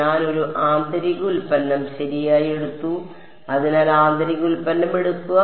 ഞാൻ ഒരു ആന്തരിക ഉൽപ്പന്നം ശരിയായി എടുത്തു അതിനാൽ ആന്തരിക ഉൽപ്പന്നം എടുക്കുക